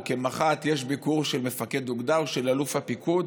מח"ט שיש ביקור של מפקד אוגדה או של אלוף הפיקוד,